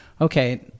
okay